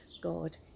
God